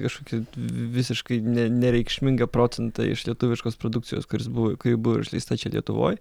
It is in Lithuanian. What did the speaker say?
kažkokį visiškai ne nereikšmingą procentą iš lietuviškos produkcijos kuris buvo kuri buvo išleista čia lietuvoj